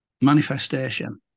manifestation